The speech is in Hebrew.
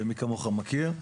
ומי כמוך מכיר,